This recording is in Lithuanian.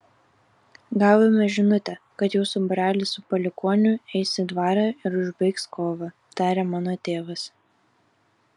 gavome žinutę kad jūsų būrelis su palikuoniu eis į dvarą ir užbaigs kovą tarė mano tėvas